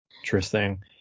Interesting